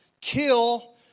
kill